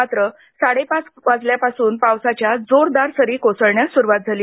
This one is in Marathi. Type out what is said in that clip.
मात्र साडेपाच वाजल्यापासून पावसाच्या सरी कोसळण्यास सुरुवात झाली